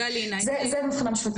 זה מבחינה משפטית.